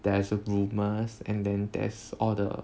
there is a rumor and then there's all the